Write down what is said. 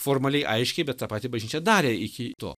formaliai aiškiai bet tą patį bažnyčia darė iki to